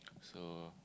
so